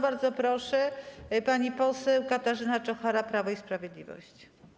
Bardzo proszę, pani poseł Katarzyna Czochara, Prawo i Sprawiedliwość.